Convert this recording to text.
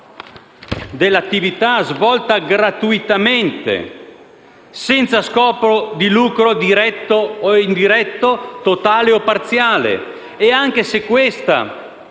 dell'attività svolta gratuitamente, senza scopo di lucro diretto o indiretto, totale o parziale, e anche se questa